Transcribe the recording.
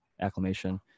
acclimation